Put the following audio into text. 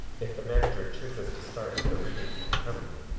if the manager chooses to start with a reading to the company,